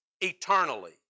eternally